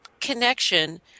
connection